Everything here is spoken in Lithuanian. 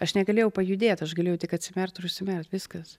aš negalėjau pajudėt aš galėjau tik atsimerkt ir užsimerkt viskas